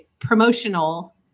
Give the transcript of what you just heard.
promotional